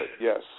Yes